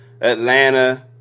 Atlanta